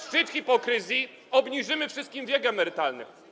Szczyt hipokryzji: obniżymy wszystkim wiek emerytalny.